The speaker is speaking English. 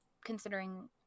considering